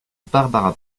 barbara